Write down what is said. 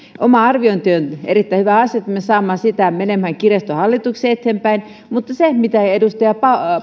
oma arviointi ja se että me saamme sitä menemään kirjaston hallituksessa eteenpäin on erittäin hyvä asia mutta edustaja